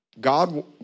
God